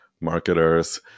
marketers